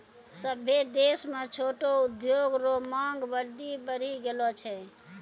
सभ्भे देश म छोटो उद्योग रो मांग बड्डी बढ़ी गेलो छै